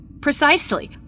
Precisely